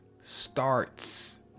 starts